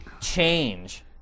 change